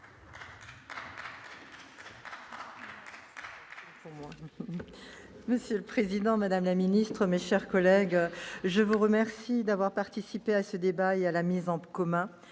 Monsieur le président, madame la ministre, mes chers collègues, je vous remercie d'avoir participé à ce débat et à la mise en commun